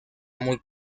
muy